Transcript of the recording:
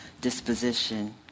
disposition